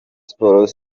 sports